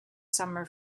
summer